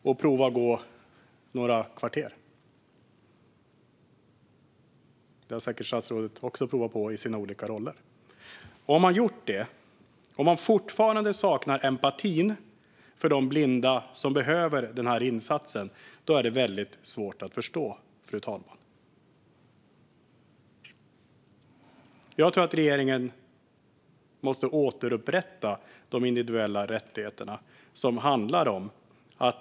Jag har själv gjort det, och säkert också statsrådet i någon av sina olika roller. Då är det väldigt svårt att förstå hur man fortfarande kan sakna empati för de blinda som behöver den här insatsen. Jag tror att regeringen behöver återupprätta de individuella rättigheterna.